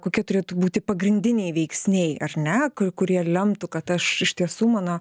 kokie turėtų būti pagrindiniai veiksniai ar ne ku kurie lemtų kad aš iš tiesų mano